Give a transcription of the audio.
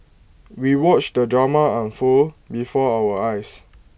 we watched the drama unfold before our eyes